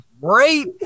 great